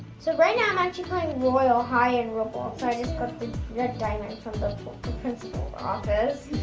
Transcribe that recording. so right now i'm actually playing royale high in roblox. i just got the red diamond from the principal's office,